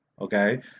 okay